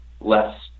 less